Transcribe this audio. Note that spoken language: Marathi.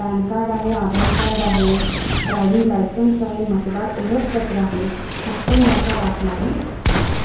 पॅन कार्ड आहे आधार कार्ड आहे ड्रायविंग लायसन्स आहे मतदार ओळखपत्र आहे उत्पन्नाचा दाखलाही आहे